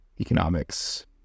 economics